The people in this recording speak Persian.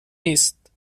نیست